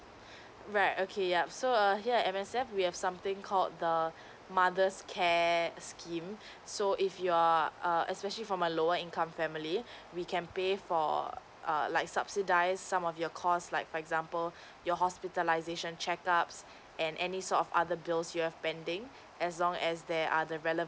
right okay yup so err here M_S_F we have something called the mothers care scheme so if you are err especially from a lower income family we can pay for err like subsidised some of your cost like for example your hospitalization check ups and any sort of other bills you've pending as long as there are the relevant